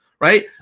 right